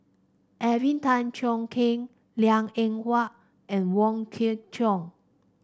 Alvin Tan Cheong Kheng Liang Eng Hwa and Wong Kwei Cheong